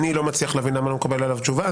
לא מצליח להבין למה לא מקבל עליו תשובה.